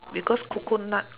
because coconut